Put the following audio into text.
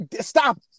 Stop